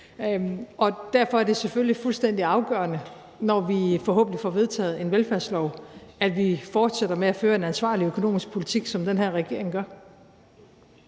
derfor er det selvfølgelig fuldstændig afgørende, når vi forhåbentlig får vedtaget en velfærdslov, at vi fortsætter med at føre en ansvarlig økonomisk politik, som den her regering gør.